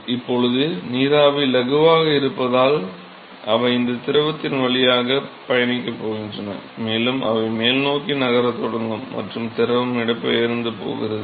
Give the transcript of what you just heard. இப்போது நீராவி இலகுவாக இருப்பதால் அவை இந்த திரவத்தின் வழியாக பயணிக்கப் போகின்றன மேலும் அவை மேல்நோக்கி நகரத் தொடங்கும் மற்றும் திரவம் இடம்பெயர்ந்து போகிறது